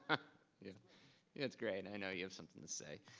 yeah it's great, i know you have something to say.